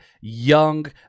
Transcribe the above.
young